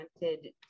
wanted